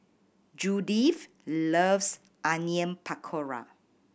Judith loves Onion Pakora